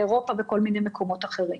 אירופה וכל מיני מקומות אחרים.